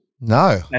No